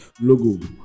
logo